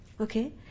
Okay